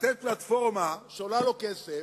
לתת פלטפורמה שעולה לו כסף,